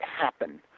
happen